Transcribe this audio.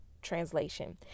translation